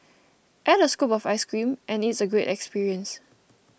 add a scoop of ice cream and it's a great experience